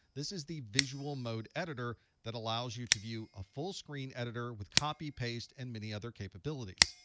this is the visual mode editor that allows you to view a full screen editor with copy, paste, and many other capabilities.